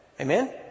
Amen